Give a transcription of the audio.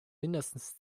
mindestens